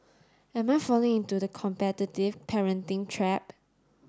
am I falling into the competitive parenting trap